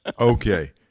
Okay